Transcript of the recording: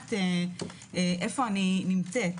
לדעת איפה אני נמצאת,